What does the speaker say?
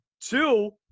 Two